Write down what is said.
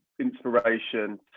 inspiration